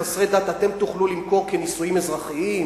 לחסרי דת אתם תוכלו למכור כנישואים אזרחיים?